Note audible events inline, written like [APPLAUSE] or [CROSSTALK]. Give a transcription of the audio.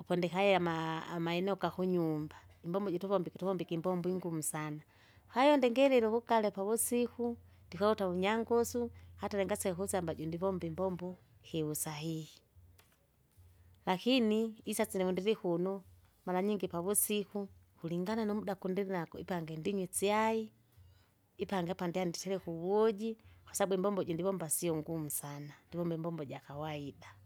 upondikaiya ama- amaeneo gakunyumba [NOISE] imbombo ijituvombike tuvombike imbombo ingumu sana, [NOISE] kwahiyo ndingirirya uwugale pavusiku, [NOISE] ndikolota vunyangusu, [NOISE] hata lingaseya ukusyamba jundivomba imbombo, [NOISE] kiusahihi. [NOISE] Lakini, isasile undilikuno, [NOISE] maranyingi pavusiku, [NOISE] kulingana numda kundilinakwe ipande indinywe isyai, [NOISE] ipange apa ndyanditereka uwuji, [NOISE] kwasabu imbombo iji ndivomba sio ngumu sana, ndivomba imbombo jakawaida. [NOISE]